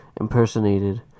Impersonated